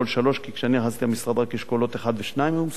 כי כשאני נכנסתי למשרד רק אשכולות 1 ו-2 היו מסובסדים,